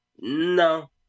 No